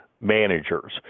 managers